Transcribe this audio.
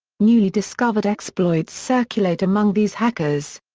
newly discovered exploits circulate among these hackers.